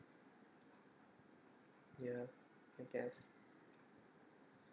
ya I guess